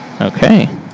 Okay